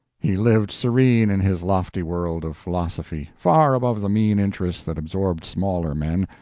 he lived serene in his lofty world of philosophy, far above the mean interests that absorbed smaller men,